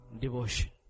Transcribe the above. devotion